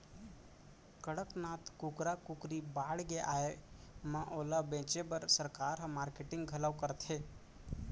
कड़कनाथ कुकरा कुकरी बाड़गे आए म ओला बेचे बर सरकार ह मारकेटिंग घलौ करथे